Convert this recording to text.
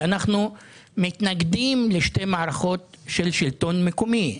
שאנחנו מתנגדים לשתי מערכות של שלטון מקומי.